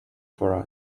for